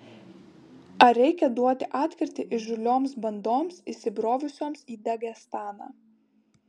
ar reikia duoti atkirtį įžūlioms bandoms įsibrovusioms į dagestaną